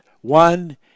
one